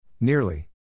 Nearly